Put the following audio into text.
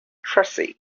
tracy